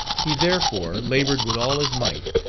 he, therefore, laboured with all his might,